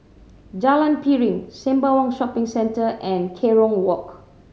Jalan Piring Sembawang Shopping Centre and Kerong Walk